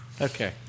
Okay